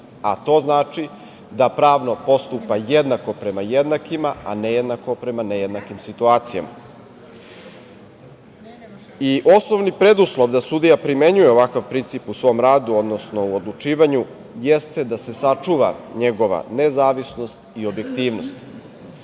a to znači da pravno postupa jednako prema jednakima, a nejednako prema nejednakim situacijama. Osnovni preduslov da sudija primenjuje ovakav princip u svom radu, odnosno u odlučivanju jeste da se sačuva njegova nezavisnost i objektivnost.